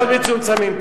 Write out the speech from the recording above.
מאוד מצומצמים.